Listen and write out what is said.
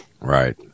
Right